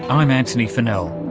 i'm antony funnell.